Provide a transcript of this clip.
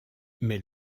mais